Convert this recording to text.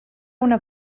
una